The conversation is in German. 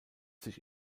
sich